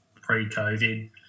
pre-COVID